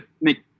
make